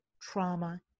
trauma